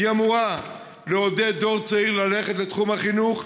אמורה לעודד דור צעיר ללכת לתחום החינוך,